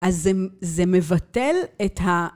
אז זה מבטל את ה...